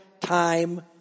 time